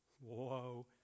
whoa